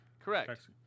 Correct